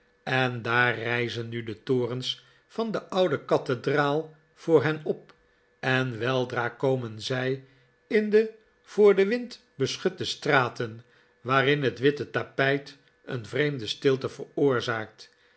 en daar rijzen nu de torens van de oude kathedraal voor hen op en weldra komen zij in de voor den wind beschutte straten waarin bet witte tapijt een vreemde stilte veroorzaakt